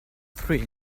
three